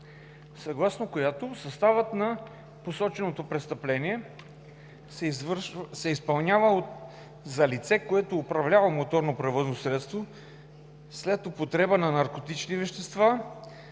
кодекс, съставът на посоченото престъпление се изпълнява за лице, което управлява моторно превозно средство след употреба на наркотични вещества